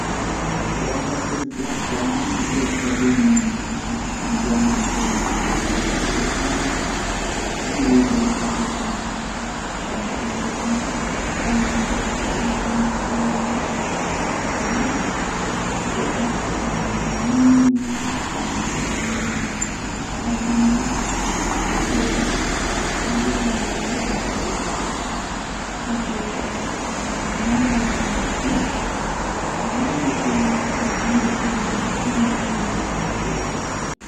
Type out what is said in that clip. Kanjum fu be ndiyam be buutol be omo malla sabulu mi sofna dum haa ndiyam mi wara mi vuuwa mi loota dum be ndiyam laaba masin.